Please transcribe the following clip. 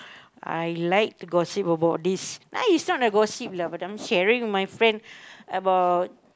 I like to gossip about this ah is not a gossip lah but I'm sharing with my friend about